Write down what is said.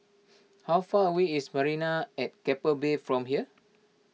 how far away is Marina at Keppel Bay from here